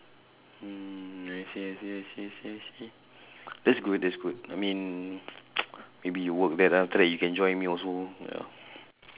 mm yes yes yes yes yes yes that's good that's good I mean maybe you work there then after that you can join me also ya